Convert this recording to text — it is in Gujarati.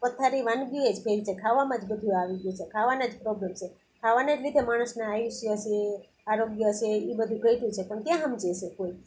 પથારી વાનગી એ જ ફેરવી છે ખાવામાં જ બધું આવી ગયું છે ખાવાના જ પ્રોબ્લ્મ છે ખાવાને જ લીધે માણસને આયુષ્ય છે આરોગ્ય છે એ બધુંય ઘટ્યું છે પણ ક્યાં સમજે છે કોઈ